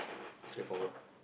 straightforward